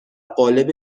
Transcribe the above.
قالب